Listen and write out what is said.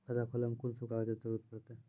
खाता खोलै मे कून सब कागजात जरूरत परतै?